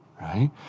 right